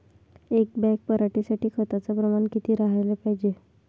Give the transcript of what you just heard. एक बॅग पराटी साठी खताचं प्रमान किती राहाले पायजे?